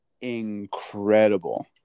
incredible